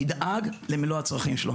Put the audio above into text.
תדאג למלוא הצרכים שלו.